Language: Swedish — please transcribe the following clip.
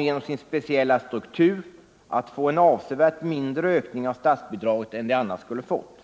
genom sin speciella struktur kommer att få en avsevärt mindre ökning av statsbidraget än de annars skulle fått.